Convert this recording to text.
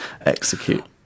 execute